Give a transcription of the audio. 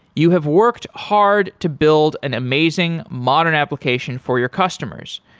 you have worked hard to build an amazing modern application for your customers.